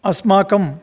अस्माकं